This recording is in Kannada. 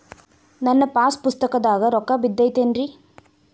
ನನ್ನ ಪಾಸ್ ಪುಸ್ತಕದಾಗ ರೊಕ್ಕ ಬಿದ್ದೈತೇನ್ರಿ?